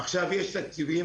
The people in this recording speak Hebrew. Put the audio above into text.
עכשיו יש תקציבים.